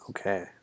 Okay